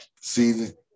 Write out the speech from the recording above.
Season